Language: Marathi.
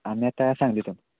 आम्ही आता सांगलीत आहो